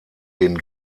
den